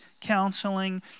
Counseling